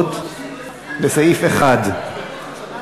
מנחם אליעזר מוזס,